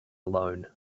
alone